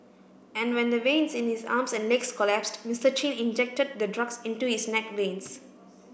and when the veins in his arms and legs collapsed Mister Chin injected the drugs into his neck veins